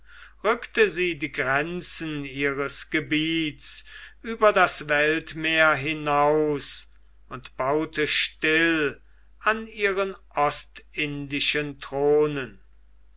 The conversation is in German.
rückte sie die grenzen ihres gebiets über das weltmeer hinaus und baute still an ihren ostindischen thronen